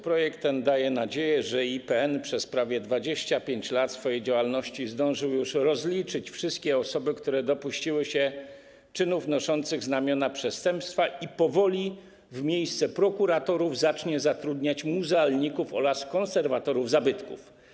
Projekt ten daje nadzieję, że IPN przez prawie 25 lat swojej działalności zdążył już rozliczyć wszystkie osoby, które dopuściły się czynów noszących znamiona przestępstwa, i powoli w miejsce prokuratorów zacznie zatrudniać muzealników oraz konserwatorów zabytków.